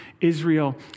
Israel